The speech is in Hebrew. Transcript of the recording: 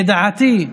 לדעתי,